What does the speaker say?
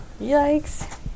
Yikes